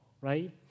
right